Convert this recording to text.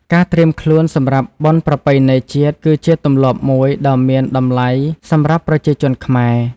ការត្រៀមខ្លួនសម្រាប់បុណ្យប្រពៃណីជាតិ គឺជាទម្លាប់មួយដ៏មានតម្លៃសម្រាប់ប្រជាជនខ្មែរ។